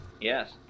Yes